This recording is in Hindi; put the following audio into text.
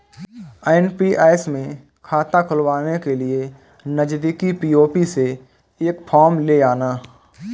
एन.पी.एस में खाता खुलवाने के लिए नजदीकी पी.ओ.पी से एक फॉर्म ले आना